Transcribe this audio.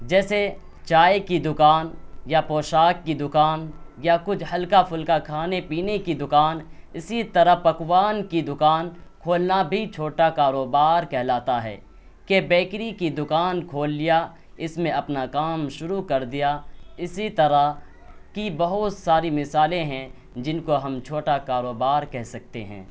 جیسے چائے کی دکان یا پوشاک کی دکان یا کچھ ہلکا پھلکا کھانے پینے کی دکان اسی طرح پکوان کی دکان کھولنا بھی چھوٹا کاروبار کہلاتا ہے کہ بیکری کی دکان کھول لیا اس میں اپنا کام شروع کر دیا اسی طرح کی بہت ساری مثالیں ہیں جن کو ہم چھوٹا کاروبار کہہ سکتے ہیں